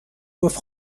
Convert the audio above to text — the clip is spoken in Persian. گفت